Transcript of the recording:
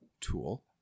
tool